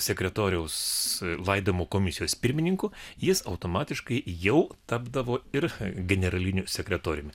sekretoriaus laidojimo komisijos pirmininku jis automatiškai jau tapdavo ir generaliniu sekretoriumi